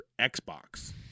Xbox